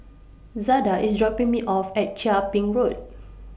Zada IS dropping Me off At Chia Ping Road